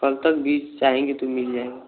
कल तक भी चाहेंगे तो मिल जाएगा